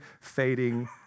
fading